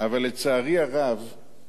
אבלף לצערי הרב,